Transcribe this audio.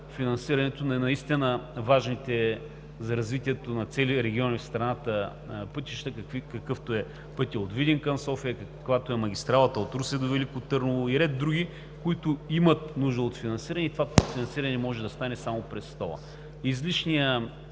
наистина важните за развитието на цели региони в страната пътища, какъвто е пътят от Видин към София, каквато е магистралата от Русе до Велико Търново, и ред други, които имат нужда от финансиране и това финансиране може да стане само през тол-а. Излишният